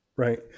Right